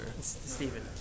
Stephen